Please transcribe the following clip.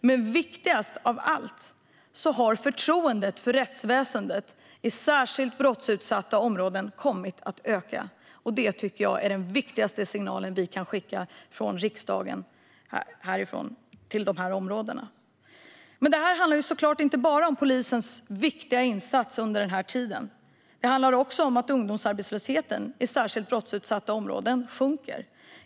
Men viktigast av allt är att förtroendet för rättsväsendet i särskilt brottsutsatta områden har kommit att öka. Det tycker jag är den viktigaste signal vi kan skicka från riksdagen till de här områdena. Men det här handlar såklart inte bara om polisens viktiga insats under den här tiden. Det handlar också om att ungdomsarbetslösheten sjunker i särskilt brottsutsatta områden.